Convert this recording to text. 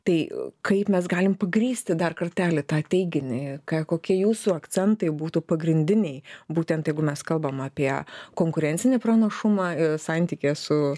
tai kaip mes galim pagrįsti dar kartelį tą teiginį ką kokie jūsų akcentai būtų pagrindiniai būtent jeigu mes kalbam apie konkurencinį pranašumą santykyje su